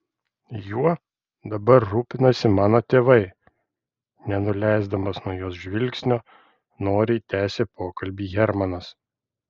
juo dabar rūpinasi mano tėvai nenuleisdamas nuo jos žvilgsnio noriai tęsė pokalbį hermanas